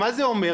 מה זה אומר?